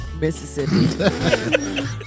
Mississippi